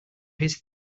his